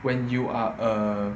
when you are a